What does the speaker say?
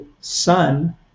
son